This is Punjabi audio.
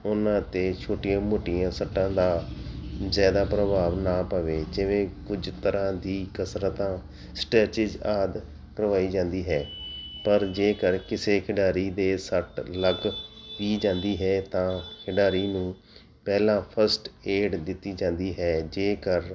ਉਹਨਾਂ 'ਤੇ ਛੋਟੀਆਂ ਮੋਟੀਆਂ ਸੱਟਾਂ ਦਾ ਜ਼ਿਆਦਾ ਪ੍ਰਭਾਵ ਨਾ ਪਵੇ ਜਿਵੇਂ ਕੁਝ ਤਰ੍ਹਾਂ ਦੀ ਕਸਰਤਾਂ ਸਟਰੈਚਿਜ ਆਦਿ ਕਰਵਾਈ ਜਾਂਦੀ ਹੈ ਪਰ ਜੇਕਰ ਕਿਸੇ ਖਿਡਾਰੀ ਦੇ ਸੱਟ ਲੱਗ ਵੀ ਜਾਂਦੀ ਹੈ ਤਾਂ ਖਿਡਾਰੀ ਨੂੰ ਪਹਿਲਾਂ ਫਸਟ ਏਡ ਦਿੱਤੀ ਜਾਂਦੀ ਹੈ ਜੇਕਰ